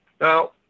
Now